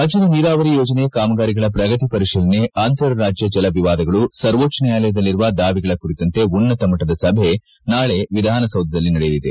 ರಾಜ್ಡದ ನೀರಾವರಿ ಯೋಜನೆ ಕಾಮಗಾರಿಗಳ ಪ್ರಗತಿ ಪರಿಶೀಲನೆ ಅಂತರ ರಾಜ್ಡ ಜಲವಿವಾದಗಳು ಸರ್ವೋಚ್ಡ ನ್ಡಾಯಾಲಯದಲ್ಲಿರುವ ದಾವೆಗಳ ಕುರಿತಂತೆ ಉನ್ನತ ಮಟ್ಟದ ಸಭೆ ನಾಳೆ ವಿಧಾನಸೌಧದಲ್ಲಿ ನಡೆಯಲಿದೆ